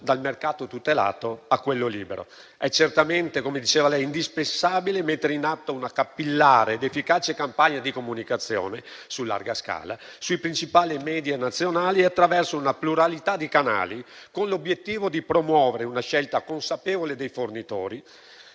dal mercato tutelato a quello libero è certamente indispensabile - come diceva il signor Ministro - mettere in atto una capillare ed efficace campagna di comunicazione su larga scala sui principali *media* nazionali attraverso una pluralità di canali, con l'obiettivo di promuovere una scelta consapevole dei fornitori